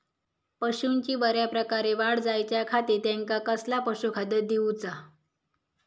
पशूंची बऱ्या प्रकारे वाढ जायच्या खाती त्यांका कसला पशुखाद्य दिऊचा?